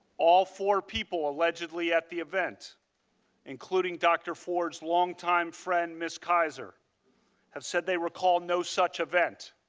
all four people allegedly at the event including dr. ford's longtime friend ms. kaiser have said they recalled no such event.